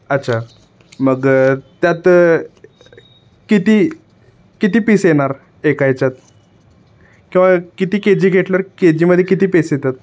अच्छा मग त्यात किती किती पीस येणार एका याच्यात किंवा किती के जी घेतलं के जीमध्ये किती पीस येतात